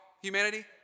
humanity